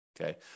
okay